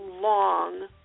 long